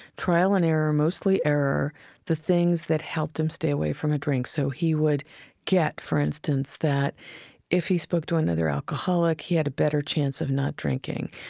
trial and error mostly error the things that helped him stay away from a drink. so he would get, for instance, that if he spoke to another alcoholic he had a better chance of not drinking.